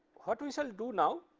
what we shall do now,